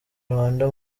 rwanda